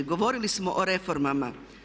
Govorili smo o reformama.